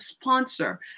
sponsor